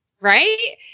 Right